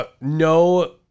no